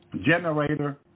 generator